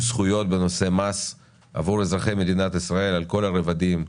זכויות בנושא מס עבור אזרחי מדינת ישראל על כל הרבדים,